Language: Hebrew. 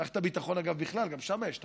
מערכת הביטחון, אגב, בכלל, גם שם יש תחלופה.